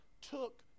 took